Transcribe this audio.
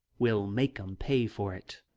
we'll make em pay for it.